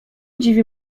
dziwi